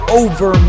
over